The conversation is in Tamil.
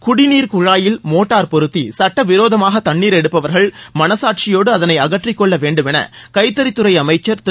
குடிநீர் குழாயில் மோட்டார் பொறுத்தி சுட்ட விரோதமாக தண்ணீர் எடுப்பவர்கள் மனசாட்சியோடு அதனை அகற்றிக் கொள்ள வேண்டும் என கைத்தறித்துறை அமைச்சர் திரு